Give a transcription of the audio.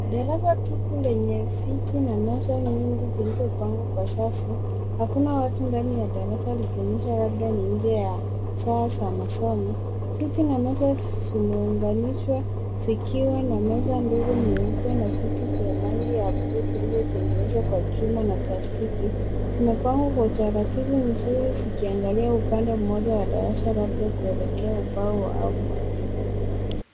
Darasa tupu lenye viti na meza nyingi zilizopangwa kwa safu. Hakuna watu ndani ya darasa likionyesha labda ni inje ya saa za masomo. Viti na meza vimeunganishwa vikiwa na meza ndogo nyeupe na viti vya rangi ya bluu zilizotengenezwa kwa chuma na plastiki. Zimepangwa kwa utaratibu mzuri zikiangalia upande moja wa darasa ambapo kuelekea ubao au mwalimu.